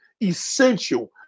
Essential